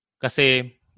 Kasi